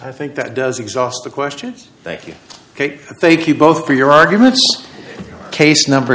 i think that does exhaust the questions thank you ok thank you both for your arguments case number